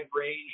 range